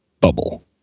bubble